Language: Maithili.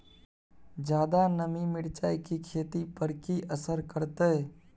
ज्यादा नमी मिर्चाय की खेती पर की असर करते?